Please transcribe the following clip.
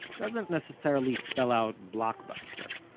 doesn't necessarily spell out blockbuster.